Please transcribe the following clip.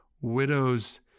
widows